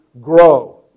grow